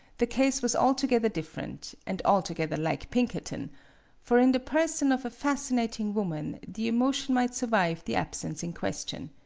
the case was altogether different, and altogether like pinkerton for in the person of a fascinating woman the emotion might survive the absence in question.